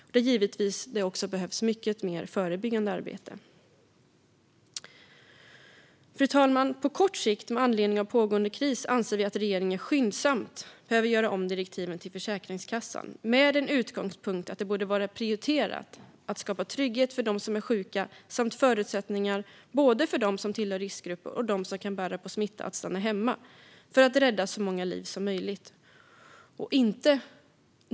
Det behövs givetvis också mycket mer förbyggande arbete. Fru talman! På kort sikt med anledning av pågående kris anser vi att regeringen skyndsamt behöver göra om direktiven till Försäkringskassan med utgångspunkt i att det borde det vara prioriterat att skapa trygghet för dem som är sjuka samt ges förutsättningar för både dem som tillhör riskgrupper och dem som kan bära på smitta att stanna hemma för att rädda så många liv som möjligt.